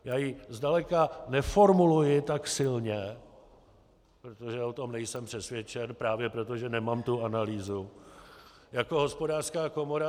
Já ji zdaleka neformuluji tak silně, protože o tom nejsem přesvědčen, právě proto, že nemám tu analýzu, jako Hospodářská komora.